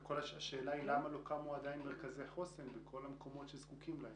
כל השאלה היא למה עדיין לא קמו מרכזי חוסן בכל המקומות שזקוקים להם.